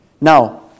Now